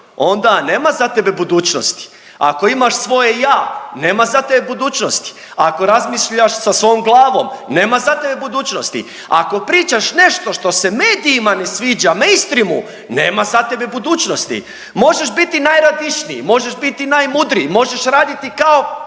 onda nema za tebe budućnosti. Ako imaš svoje ja, nema za tebe budućnosti, ako razmišljaš sa svojom glavom nema za tebe budućnosti, ako pričaš nešto što se medijima ne sviđa mainstreemu, nema za tebe budućnosti. Možeš biti najradišniji, možeš biti najmudriji, možeš raditi kao